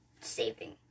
saving